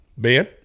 Ben